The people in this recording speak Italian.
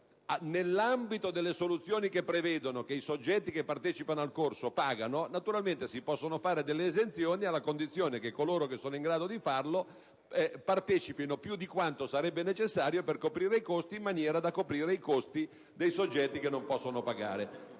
Nell'ambito delle soluzioni che prevedano che i soggetti che partecipano al corso paghino, naturalmente si possono fare delle esenzioni, condizione che coloro che sono in grado di farlo partecipino più di quanto sarebbe necessario per coprire i rispettivi costi, in maniera da coprire i costi relativi ai soggetti che non possono pagare.